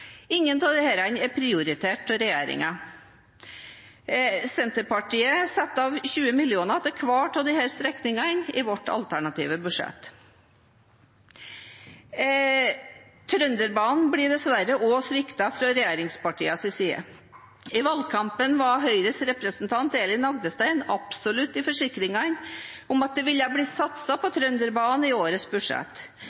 Ingen av disse er prioritert av regjeringen. Senterpartiet setter av 20 mill. kr til hver av disse strekningene i vårt alternative budsjett. Trønderbanen blir dessverre også sviktet fra regjeringspartienes side. I valgkampen var Høyres representant Elin Agdestein absolutt i sine forsikringer om at det ville bli satset på